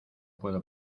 puedo